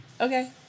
okay